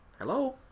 Hello